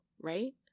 right